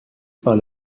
par